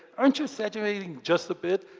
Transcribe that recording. aren't you exaggerating just a bit?